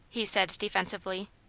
he said defensively.